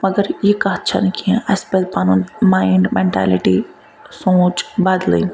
مگر یہِ کتھ چھَ نہٕ کینٛہہ اَسہِ پَزِ پَنُن مایِنڈ میٚنٹیلِٹی سونٛچ بَدلٕنۍ